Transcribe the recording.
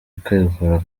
kwegura